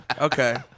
Okay